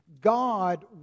God